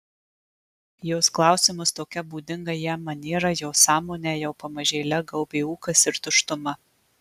jos klausimus tokia būdinga jam maniera jo sąmonę jau pamažėle gaubė ūkas ir tuštuma